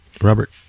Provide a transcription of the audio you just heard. Robert